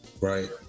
Right